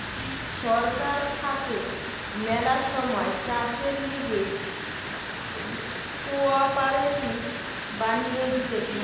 সরকার থাকে ম্যালা সময় চাষের লিগে কোঅপারেটিভ বানিয়ে দিতেছে